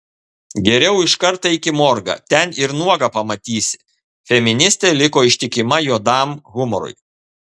geriau iškart eik į morgą ten ir nuogą pamatysi feministė liko ištikima juodam humorui